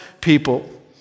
people